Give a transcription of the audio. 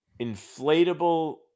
inflatable